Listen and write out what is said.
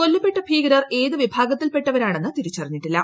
കൊല്ലപ്പെട്ട ഭീകരർ ഏത് വിഭാഗത്തിൽപ്പെട്ടവരാണെന്ന് തിരിച്ചറിഞ്ഞിട്ടില്ല